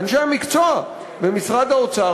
אנשי המקצוע במשרד האוצר,